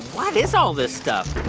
what is all this stuff?